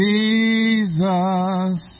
Jesus